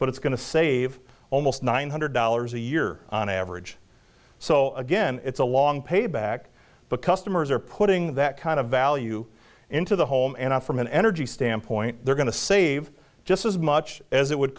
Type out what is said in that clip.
but it's going to save almost nine hundred dollars a year on average so again it's a long payback but customers are putting that kind of value into the home and not from an energy standpoint they're going to save just as much as it would